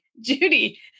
Judy